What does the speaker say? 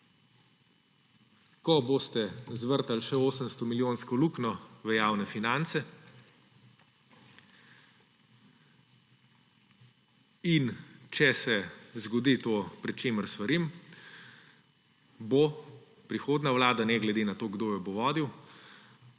Ko boste zvrtali še 800-milijonsko luknjo v javne finance in – če se zgodi to, pred čemer svarim – bo prihodnja vlada, ne glede na to, kdo jo bo vodil,